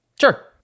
Sure